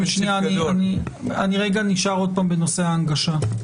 אני נשאר רגע בנושא ההנגשה.